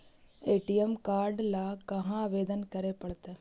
ATM card ल कहा आवेदन करे पड़तै?